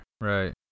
right